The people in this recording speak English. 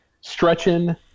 stretching